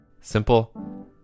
Simple